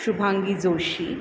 Shubhangi Joshi